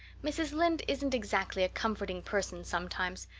mrs. lynde isn't exactly a comforting person sometimes,